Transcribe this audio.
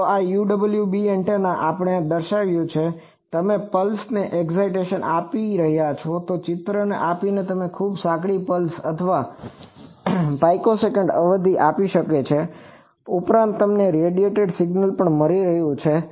તો આ UWB એન્ટેનાથી આપણે દર્શાવ્યું છે કે તમે પલ્સને એક્સાઈટેસન આપી રહ્યા છો તે ચિત્ર આપીને તમે ખૂબ સાંકડી પલ્સ અથવા પિકોસેકન્ડ અવધિ આપી શકે છેઉપરાંત તમને રેડિયેટેડ સિગ્નલ પણ મળી રહ્યું છે